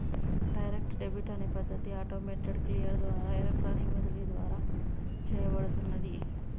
direct debit అనే పద్ధతి automated clear ద్వారా ఎలక్ట్రానిక్ బదిలీ ద్వారా చేయబడుతున్నాది